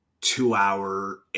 two-hour